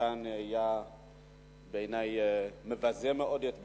כאן היתה בעיני מבזה מאוד את בית-המחוקקים.